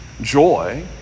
joy